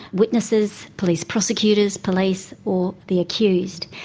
witnesses, police prosecutors, police, or the accused.